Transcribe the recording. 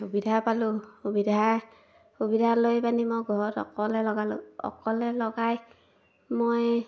সুবিধা পালোঁ সুবিধা সুবিধা লৈ পেনি মই ঘৰত অকলে লগালোঁ অকলে লগাই মই